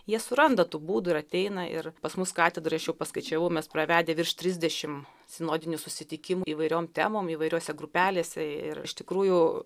jie suranda tų būdų ir ateina ir pas mus katedroj aš jau paskaičiavau mes pravedę virš trisdešim sinodinių susitikimų įvairiom temom įvairiose grupelėse ir iš tikrųjų